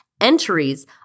Entries